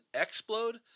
explode